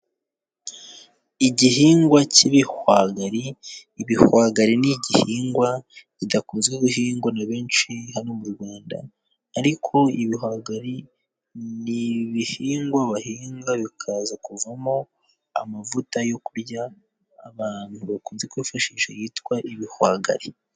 Igihingwa cy'ibihwagari, ibihwagari ni igihingwa kidakunze guhingwa na benshi hano mu Rwanda, ariko ibihwagari ni ibihingwa bahinga bikaza kuvamo amavuta yo kurya, abantu bakunze kwifashisha yitwa ibihwagari.